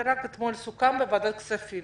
זה סוכם רק אתמול בוועדת הכספים.